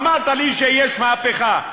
אמרת לי שיש מהפכה.